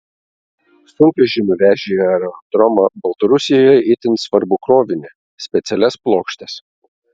sunkvežimiu vežė į aerodromą baltarusijoje itin svarbų krovinį specialias plokštes